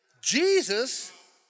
Jesus